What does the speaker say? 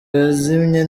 yazimye